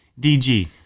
DG